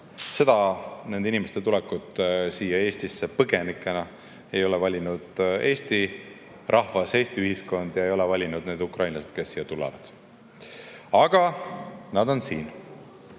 sõda. Nende inimeste põgenikena siia Eestisse tulekut ei ole valinud Eesti rahvas ega Eesti ühiskond ja ei ole valinud need ukrainlased, kes siia tulevad. Aga nad on siin